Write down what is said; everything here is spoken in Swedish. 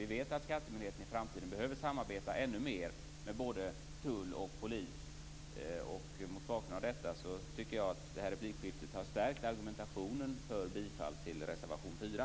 Vi vet att skattemyndigheten i framtiden behöver samarbeta ännu mer med både tull och polis. Mot bakgrund av detta tycker jag att detta replikskifte har stärkt argumentationen för bifall till reservation 4.